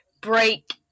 break